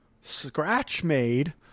scratch-made